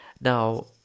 Now